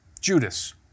Judas